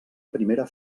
primera